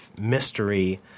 mystery